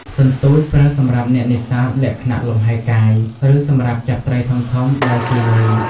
សន្ទួច ប្រើសម្រាប់អ្នកនេសាទលក្ខណៈលំហែកាយ ឬសម្រាប់ចាប់ត្រីធំៗដែលស៊ីនុយ។